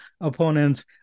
opponents